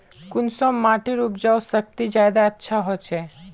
कुंसम माटिर उपजाऊ शक्ति ज्यादा अच्छा होचए?